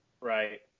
Right